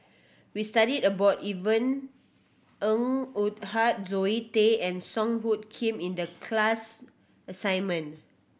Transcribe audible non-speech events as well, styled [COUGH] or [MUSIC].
we studied about Yvonne Ng Uhde [UNINTELLIGIBLE] Zoe Tay and Song Hoot Kiam in the class assignment